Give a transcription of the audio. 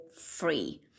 free